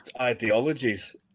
ideologies